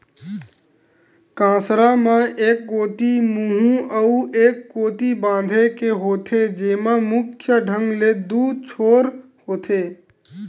कांसरा म एक कोती मुहूँ अउ ए कोती बांधे के होथे, जेमा मुख्य ढंग ले दू छोर होथे